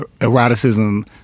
eroticism